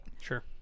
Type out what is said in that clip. sure